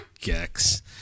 Gex